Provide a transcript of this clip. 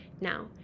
now